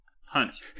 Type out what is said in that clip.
Hunt